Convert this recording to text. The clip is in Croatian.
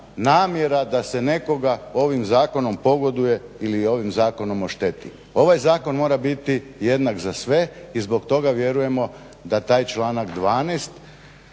namjera da se nekoga ovim zakonom pogoduje ili ovim zakonom ošteti. Ovaj zakon mora biti jednak za sve i zbog toga vjerujemo da taj članak 12.